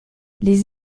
les